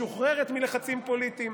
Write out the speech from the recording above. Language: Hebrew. משוחררת מלחצים פוליטיים.